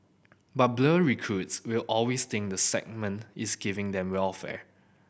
but blur recruits will always think the sergeant is giving them welfare